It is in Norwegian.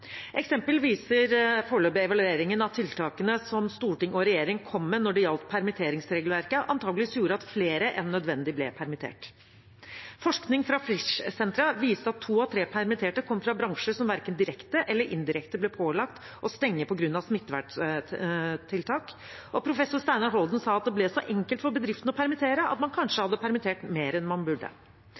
eksempel viser den foreløpige evalueringen at tiltakene som storting og regjering kom med når det gjaldt permitteringsregelverket, antakeligvis gjorde at flere enn nødvendig ble permittert. Forskning fra Frischsenteret viser at to av tre permitterte kommer fra bransjer som verken direkte eller indirekte ble pålagt å stenge på grunn av smitteverntiltak, og professor Steinar Holden sa at det ble så enkelt for bedriftene å permittere at man kanskje hadde permittert mer enn man burde.